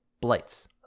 blights